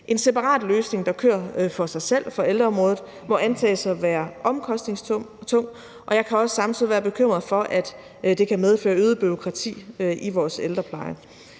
En separat løsning, der kører for sig selv på ældreområdet, må antages at være omkostningstung, og jeg kan også samtidig være bekymret for, at det kan medføre øget bureaukrati i vores ældrepleje.